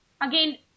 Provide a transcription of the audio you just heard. again